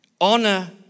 Honor